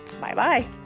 Bye-bye